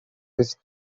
his